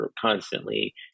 constantly